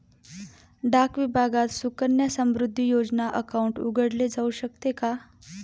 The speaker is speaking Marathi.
डाक विभागात सुकन्या समृद्धी योजना अकाउंट उघडले जाऊ शकते का?